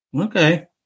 Okay